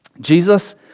Jesus